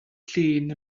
llun